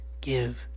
give